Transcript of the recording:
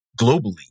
globally